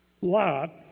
lot